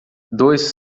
dois